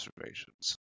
observations